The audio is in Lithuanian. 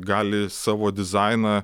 gali savo dizainą